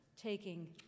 taking